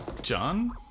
John